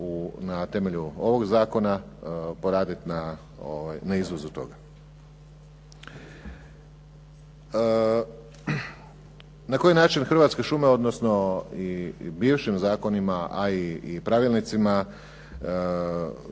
na temelju ovog zakona poraditi na izvozu toga. Na koji način Hrvatske šume odnosno i bivšim zakonima, a i pravilnicima